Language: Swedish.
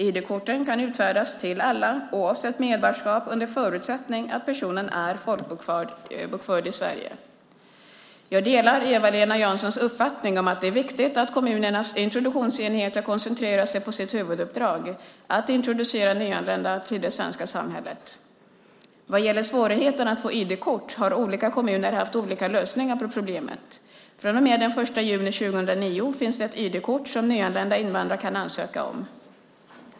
ID-korten kan utfärdas till alla, oavsett medborgarskap, under förutsättning att personen är folkbokförd i Sverige. Jag delar Eva-Lena Janssons uppfattning om att det är viktigt att kommunernas introduktionsenheter koncentrerar sig på sitt huvuduppdrag, att introducera nyanlända till det svenska samhället. Vad gäller svårigheterna att få ID-kort har olika kommuner haft olika lösningar på problemet. Från och med den 1 juni 2009 finns det ett ID-kort som nyanlända invandrare kan ansöka om.